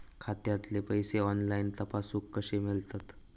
खात्यातले पैसे ऑनलाइन तपासुक कशे मेलतत?